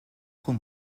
trop